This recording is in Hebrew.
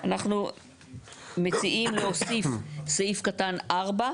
אנחנו מציעים להוסיף סעיף קטן (4),